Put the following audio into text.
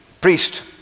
priest